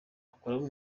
akuramo